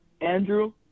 Andrew